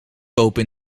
kopen